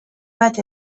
bat